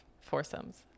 foursomes